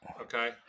Okay